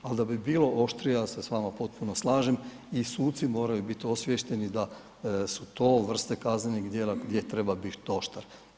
Ali da bi bilo oštrije, ja se s vama potpuno slažem i suci moraju biti osviješteni da su to vrste kaznenih djela gdje treba biti oštar.